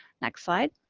next slide.